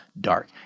dark